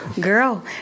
Girl